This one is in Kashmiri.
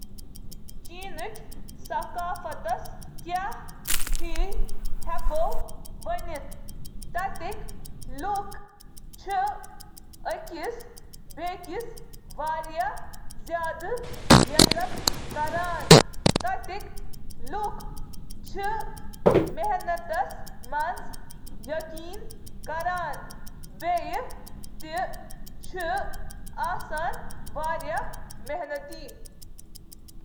چینٕچ ثقافت چِھ امیر تہٕ متنوع، تہٕ اتھ منز چِھ واریاہ پہلو شٲمل، یتھ کٕن زَن: تٲریخ: فن، مارشل آرٹس، روایتی دوا، چائے ہنٛز تقریب، گو ,ویکی: چینی ثقافتُک اکھ بہترین جوہر۔ ثقافتی خصلتہٕ تہٕ باقی۔